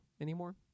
anymore